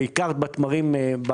בעיקר בתמרים.